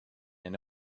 and